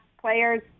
Players